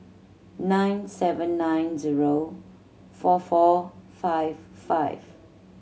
nine seven nine zero four four five five